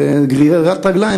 וגרירת רגליים,